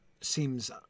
seems